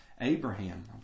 Abraham